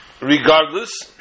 regardless